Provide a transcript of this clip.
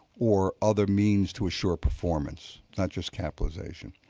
or other means to insure performance, not just capitalization.